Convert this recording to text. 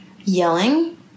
yelling